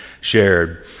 shared